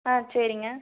ஆ சரிங்க